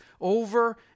over